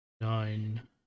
nine